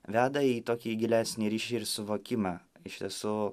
veda į tokį gilesnį ryšį ir suvokimą iš tiesų